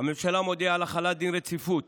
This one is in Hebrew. הממשלה מודיעה על החלת דין רציפות.